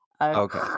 okay